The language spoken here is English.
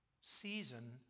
season